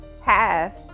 half